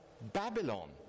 Babylon